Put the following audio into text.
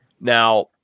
Now